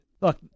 look